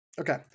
Okay